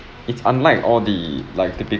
it's unlike all the like typical